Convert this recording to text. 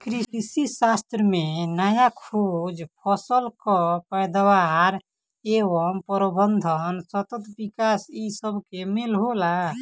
कृषिशास्त्र में नया खोज, फसल कअ पैदावार एवं प्रबंधन, सतत विकास इ सबके मेल होला